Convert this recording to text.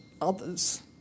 others